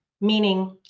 meaning